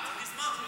גריזמו.